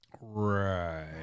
Right